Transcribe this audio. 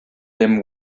him